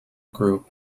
group